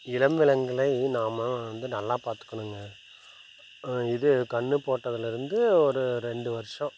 இளம் விலங்குகளை இனி நம்ம வந்து நல்லா பார்த்துக்கணுங்க இது கன்று போட்டதிலருந்து ஒரு ரெண்டு வருஷம்